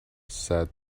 sad